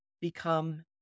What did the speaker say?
become